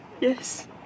Yes